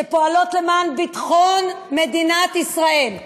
שפועלות למען ביטחון מדינת ישראל,